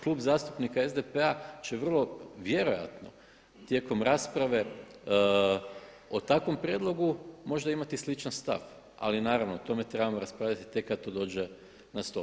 Klub zastupnika SDP-a će vrlo vjerojatno tijekom rasprave o takvom prijedlogu možda imati sličan stav, ali naravno o tome trebamo raspravljati tek kad to dođe na stol.